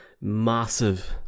massive